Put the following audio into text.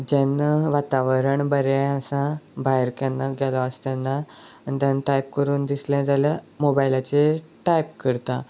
जेन्ना वातावरण बरें आसा भायर केन्ना गेलो आसा तेन्ना आनी तेन्ना टायप करून दिसलें जाल्यार मोबायलाचेर टायप करता